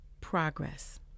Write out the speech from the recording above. progress